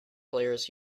players